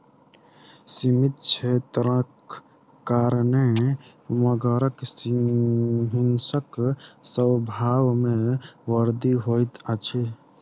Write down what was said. सीमित क्षेत्रक कारणेँ मगरक हिंसक स्वभाव में वृद्धि होइत अछि